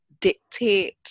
dictate